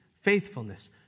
faithfulness